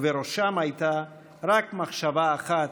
ובראשם הייתה רק מחשבה אחת: